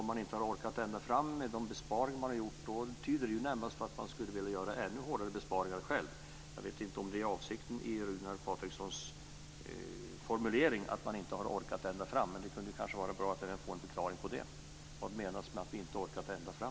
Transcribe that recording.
Om man säger att vi inte har orkat ända fram med besparingarna så tyder det väl närmast på att man skulle vilja göra ännu hårdare besparingar själv. Jag vet inte om det är avsikten i Runar Patrikssons formulering om att man inte har orkat ända fram. Det kunde kanske vara bra att även få en förklaring på det. Vad menas med att vi inte orkat ända fram?